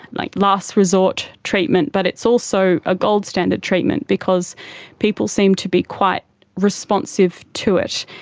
like last resort treatment but it's also a gold standard treatment because people seem to be quite responsive to it.